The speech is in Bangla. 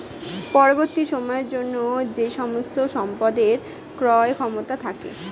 পরবর্তী সময়ের জন্য যে সমস্ত সম্পদের ক্রয় ক্ষমতা থাকে